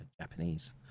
Japanese